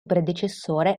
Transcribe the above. predecessore